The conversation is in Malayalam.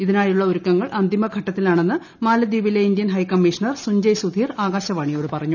ഇതിനായുള്ള ഒരുക്കങ്ങൾ അന്തിമ ഘട്ടത്തിലാണെന്ന് മാലിദ്വീപിലെ ഇന്ത്യൻ ഹൈക്കമ്മീഷണർ സുഞ്ജയ് സുധീർ ആകാശവാണിയോട് പറഞ്ഞു